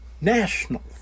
National